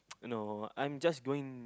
no I'm just going